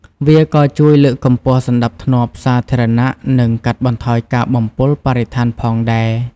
វាក៏ជួយលើកកម្ពស់សណ្តាប់ធ្នាប់សាធារណៈ និងកាត់បន្ថយការបំពុលបរិស្ថានផងដែរ។